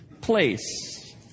place